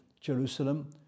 Jerusalem